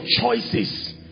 choices